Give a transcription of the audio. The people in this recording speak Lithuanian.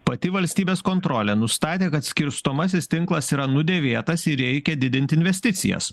pati valstybės kontrolė nustatė kad skirstomasis tinklas yra nudėvėtas ir reikia didint investicijas